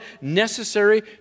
necessary